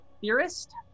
theorist